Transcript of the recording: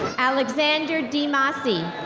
alexander dimossi.